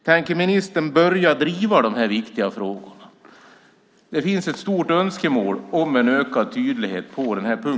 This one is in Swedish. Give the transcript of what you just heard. Tänker ministern börja driva dessa viktiga frågor? Det finns ett stort önskemål om en ökad tydlighet på den punkten.